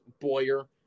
Boyer